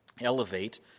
elevate